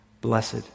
Blessed